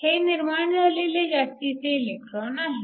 हे निर्माण झालेले जास्तीचे इलेक्ट्रॉन आहेत